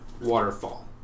waterfall